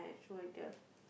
so why the